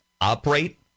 operate